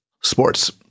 Sports